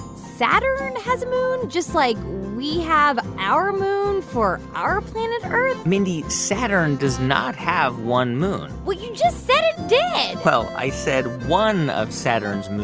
saturn has a moon just like we have our moon for our planet earth? mindy, saturn does not have one moon well, you just said it did well, i said one of saturn's moons.